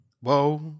Whoa